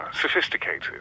sophisticated